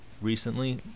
recently